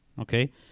okay